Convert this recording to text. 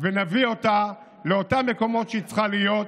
ונביא אותה לאותם מקומות שהיא צריכה להיות,